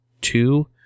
two